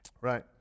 Right